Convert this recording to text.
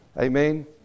Amen